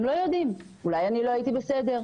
הם לא יודעים אולי לא הייתי בסדר,